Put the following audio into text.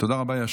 תודה רבה.